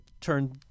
turn